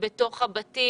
בתוך הבתים,